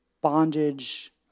bondage